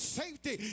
safety